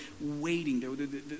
waiting